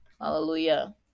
Hallelujah